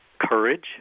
courage